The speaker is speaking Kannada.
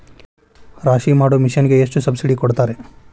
ರಾಶಿ ಮಾಡು ಮಿಷನ್ ಗೆ ಎಷ್ಟು ಸಬ್ಸಿಡಿ ಕೊಡ್ತಾರೆ?